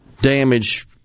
damage